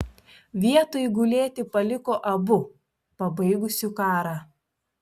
vietoj gulėti paliko abu pabaigusiu karą